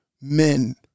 men